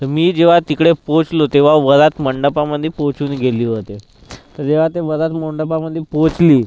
मी जिव्हा तिकडे पोचलो तेव्हा वरात मंडपामध्ये पोचून गेली होती तर तेव्हा ते वरात मंडपामध्ये पोचली